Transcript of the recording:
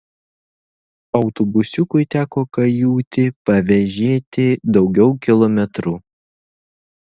autobusiukui teko kajutį pavėžėti daugiau kilometrų